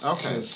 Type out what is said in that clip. Okay